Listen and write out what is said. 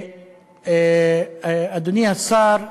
אדוני השר,